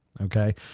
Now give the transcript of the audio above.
Okay